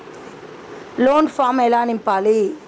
Loan form ఎలా నింపాలి?